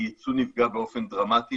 הייצוא ממדינת ישראל נפגע באופן דרמטי,